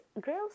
girls